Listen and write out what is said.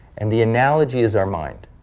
and the analogy is our mind.